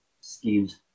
schemes